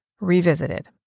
Revisited